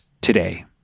today